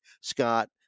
Scott